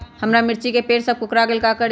हमारा मिर्ची के पेड़ सब कोकरा गेल का करी?